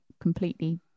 completely